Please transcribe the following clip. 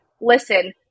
listen